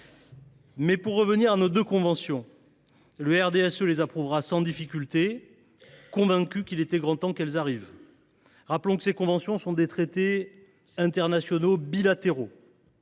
pour revenir à nos deux conventions, le RDSE les approuvera sans difficulté, convaincu qu’il était grand temps qu’elles arrivent ! Très bien ! Rappelons que ces conventions sont des traités internationaux bilatéraux.